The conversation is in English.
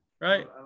right